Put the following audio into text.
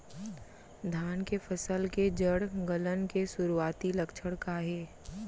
धान के फसल के जड़ गलन के शुरुआती लक्षण का हे?